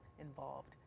involved